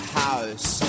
house